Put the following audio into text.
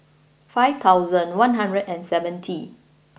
five thousand one hundred and seventy